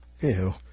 Ew